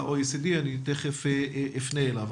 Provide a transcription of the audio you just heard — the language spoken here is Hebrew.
אני תיכף אפנה אליו.